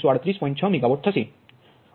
6 megawatt થશે